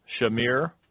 Shamir